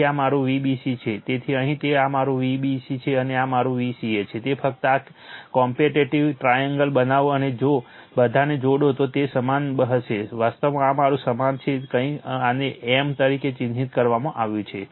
તેથી જ આ મારું Vbc છે જે અહીં છે તે મારું Vab છે અને આ મારું Vca છે ફક્ત આ કોમ્પેટિટિવ ટ્રાએંગલ બનાવો અને જો બધાને જોડો તો તે સમાન હશે વાસ્તવમાં આ મારું સમાન છે કંઈક આને m તરીકે ચિહ્નિત કરવામાં આવ્યું છે